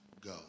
go